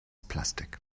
plastik